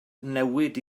newid